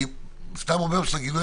בבקשה.